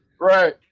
Right